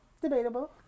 Debatable